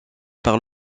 par